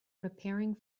preparing